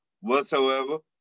whatsoever